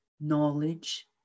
knowledge